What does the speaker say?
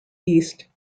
east